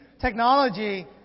technology